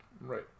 Right